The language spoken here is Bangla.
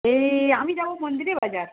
এই আমি যাব মন্দিরবাজার